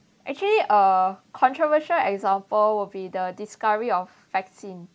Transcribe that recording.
actually uh controversial example will be the discovery of vaccine